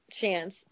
chance